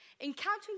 encountering